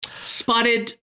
spotted